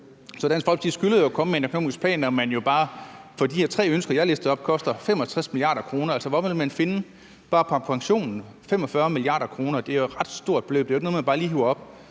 Dansk Folkeparti skylder jo at komme med en økonomisk plan, når det bare for de her tre ønsker, jeg listede op, koster 65 mia. kr. Altså, hvor vil man bare i forhold til pensionen finde 45 mia. kr.? Det er jo et ret stort beløb; det er jo ikke noget, man bare lige hiver op